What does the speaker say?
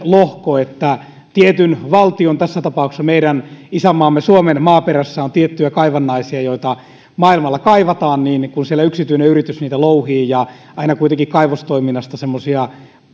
lohko että tietyn valtion tässä tapauksessa meidän isänmaamme suomen maaperässä on tiettyjä kaivannaisia joita maailmalla kaivataan ja siellä yksityinen yritys niitä louhii ja aina kuitenkin kaivostoiminnasta